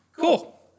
Cool